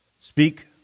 Speak